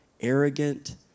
arrogant